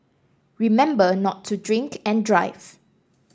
remember not to drink and drive